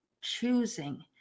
choosing